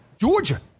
Georgia